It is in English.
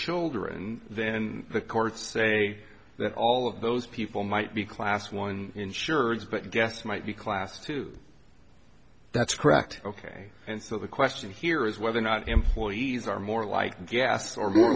children then the courts say that all of those people might be class one insurance but guess might be class food that's correct ok and so the question here is whether or not employees are more like gas or more